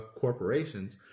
corporations